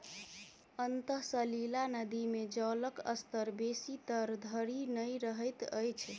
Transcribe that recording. अंतः सलीला नदी मे जलक स्तर बेसी तर धरि नै रहैत अछि